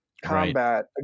combat